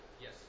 Yes